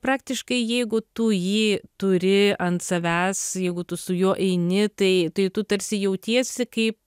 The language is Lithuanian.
praktiškai jeigu tu jį turi ant savęs jeigu tu su juo eini tai tai tu tarsi jautiesi kaip